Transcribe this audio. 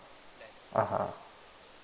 (uh huh)